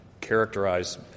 characterize